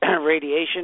radiation